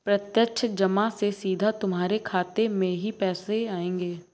प्रत्यक्ष जमा से सीधा तुम्हारे खाते में ही पैसे आएंगे